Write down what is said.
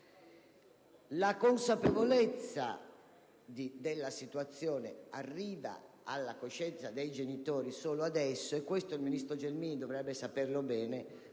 La consapevolezza della situazione arriva alla coscienza dei genitori solo adesso - il ministro Gelmini dovrebbe sapere bene